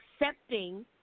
accepting